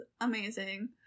amazing